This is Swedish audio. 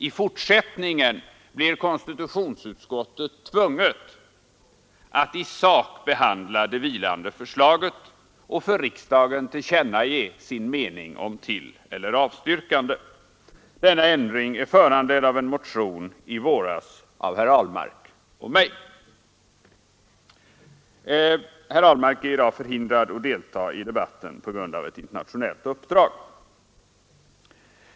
I fortsättningen blir konstitutionsutskottet tvunget att i sak behandla det vilande förslaget och för riksdagen tillkännage sin mening om tilleller avstyrkande. Denna ändring är föranledd av en motion förra våren av herr Ahlmark och mig. Herr Ahlmark är i dag förhindrad att delta i debatten på grund av ett internationellt uppdrag.